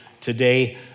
today